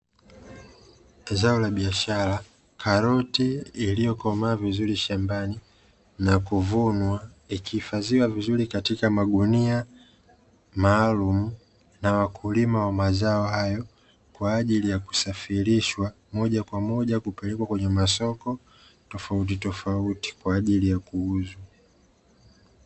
Zao la biashara, karoti iliyokomaa vizuri shambani, na kuvunwa ikihifadhiwa vizuri katika magunia maalumu, na wakulima wa mazao hayo, kwa ajili ya kusafirishwa, moja kwa moja kupelekwa kwenye masoko tofauti tofauti, kwa ajili ya kuuzwa